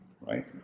Right